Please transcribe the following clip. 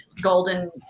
Golden